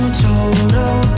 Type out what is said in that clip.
total